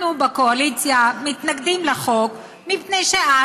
אנחנו בקואליציה מתנגדים לחוק מפני שאת,